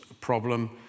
problem